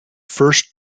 first